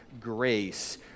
grace